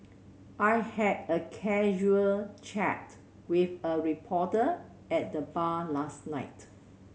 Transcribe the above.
I had a casual chat with a reporter at the bar last night